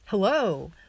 Hello